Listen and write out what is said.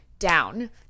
down